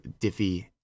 Diffie